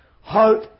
hope